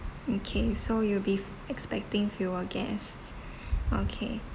okay so you'll be expecting fewer guests okay